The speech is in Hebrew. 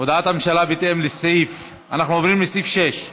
בהתאם לסעיף 31(א)